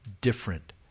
different